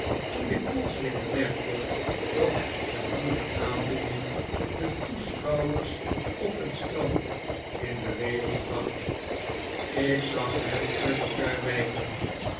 toen ik plotseling bemerkte dat een nieuwe aandoening de toeschouwers op het strand in beweging bracht ik zag hen uit elkaar wij